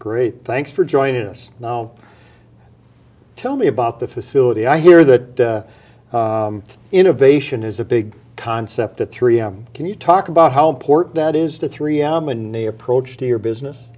great thanks for joining us now tell me about the facility i hear that innovation is a big concept at three am can you talk about how important that is the three amany approach to your business